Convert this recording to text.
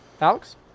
Alex